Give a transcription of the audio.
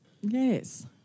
Yes